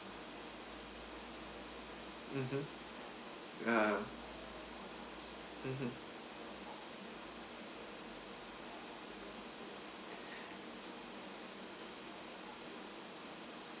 mmhmm ya mmhmm